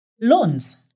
loans